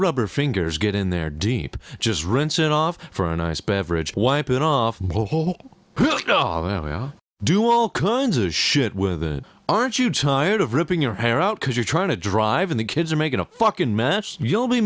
rubber fingers get in there deep just rinse it off for a nice beverage wipe it off now do all kinds of shit with a aren't you tired of ripping your hair out because you're trying to drive and the kids are making a fucking mess you'll be